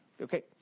Okay